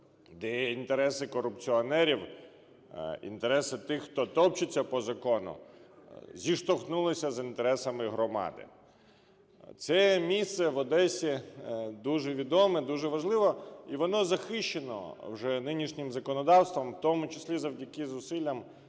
де інтереси корупціонерів, інтереси тих, хто топчеться по закону, зіштовхнулися з інтересами громади. Це місце в Одесі дуже відоме, дуже важливе, і воно захищено вже нинішнім законодавством, у тому числі завдяки зусиллям,